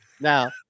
Now